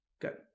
Good